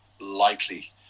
likely